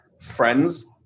friends